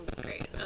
great